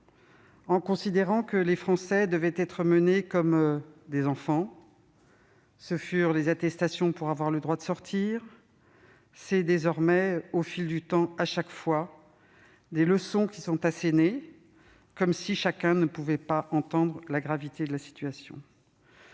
a considéré que les Français devaient être traités comme des enfants. Ce furent les attestations pour avoir le droit de sortir ; ce sont désormais, au fil du temps, chaque fois, des leçons qui sont assénées, comme si chacun ne pouvait pas entendre la gravité de la situation.